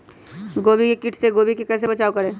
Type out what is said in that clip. गोभी के किट से गोभी का कैसे बचाव करें?